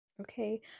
okay